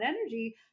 energy